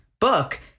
book